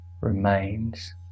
remains